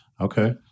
Okay